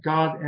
God